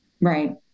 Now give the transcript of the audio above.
Right